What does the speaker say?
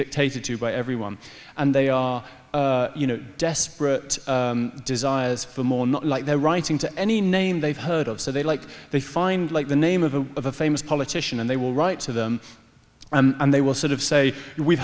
dictated to by everyone and they are you know desperate desires for more not like they're writing to any name they've heard of so they like they find like the name of a famous politician and they will write to them and they will sort of say we